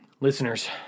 Listeners